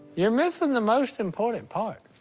you're missing the most important part.